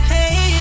Hey